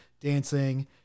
dancing